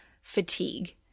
fatigue